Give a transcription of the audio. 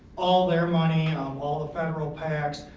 all their money, um all the federal pacs,